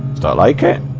i can